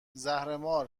زهرمار